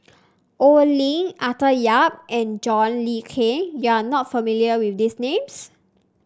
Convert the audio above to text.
Oi Lin Arthur Yap and John Le Cain you are not familiar with these names